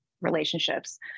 relationships